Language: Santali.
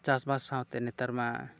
ᱪᱟᱥᱵᱟᱥ ᱥᱟᱶᱛᱮ ᱱᱮᱛᱟᱨ ᱢᱟ